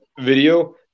video